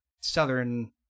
southern